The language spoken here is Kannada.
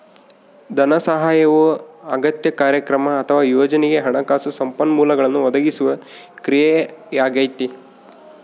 ಧನಸಹಾಯವು ಅಗತ್ಯ ಕಾರ್ಯಕ್ರಮ ಅಥವಾ ಯೋಜನೆಗೆ ಹಣಕಾಸು ಸಂಪನ್ಮೂಲಗಳನ್ನು ಒದಗಿಸುವ ಕ್ರಿಯೆಯಾಗೈತೆ